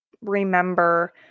remember